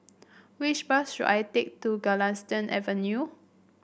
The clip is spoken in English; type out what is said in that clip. which bus should I take to Galistan Avenue